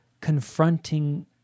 confronting